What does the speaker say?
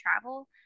travel